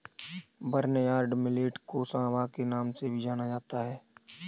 barnyard millet को सांवा के नाम से भी जाना जाता है